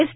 S